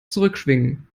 zurückschwingen